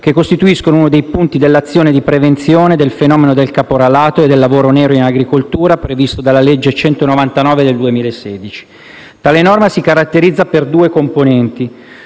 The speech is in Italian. che costituiscono uno dei punti dell'azione di prevenzione del fenomeno del caporalato e del lavoro nero in agricoltura previsto dalla legge n. 199 del 2016. Tale norma si caratterizza per due componenti: